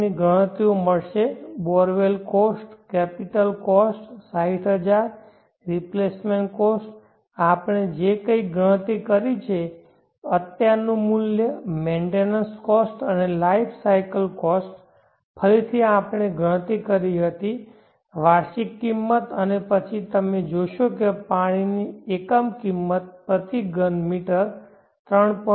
ની ગણતરીઓ મળશે bore well cost capital cost 60000 replacement cost આપણે જે કંઇક ગણતરી કરી છે અત્યાર નુ મુલ્ય મેન્ટેનન્સ કોસ્ટ અને લાઈફ સાયકલ કોસ્ટ ફરીથી આપણે ગણતરી કરી હતી વાર્ષિક કિંમત અને પછી તમે જોશો કે પાણીની એકમ કિંમત પ્રતિ ઘન મીટર 3